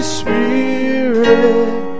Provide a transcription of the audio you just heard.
Spirit